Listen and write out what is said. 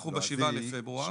אנחנו ב-7 בפברואר.